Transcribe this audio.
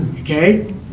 okay